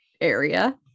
area